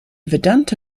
vedanta